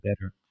better